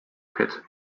pet